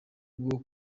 bwo